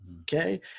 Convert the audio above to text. okay